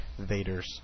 Vaders